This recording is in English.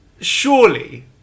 Surely